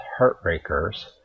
Heartbreakers